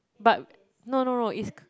but no no no is